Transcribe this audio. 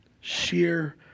sheer